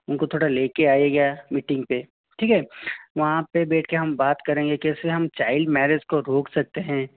उनको थोड़ा लेकर आइएगा मीटिंग पर ठीक है वहाँ पर बैठ कर हम बात करेंगे कैसे हम चाइल्ड मैरेज को रोक सकते हैं